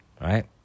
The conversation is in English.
right